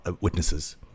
witnesses